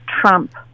Trump